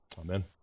Amen